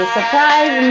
Surprise